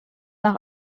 noch